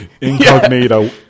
Incognito